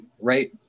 right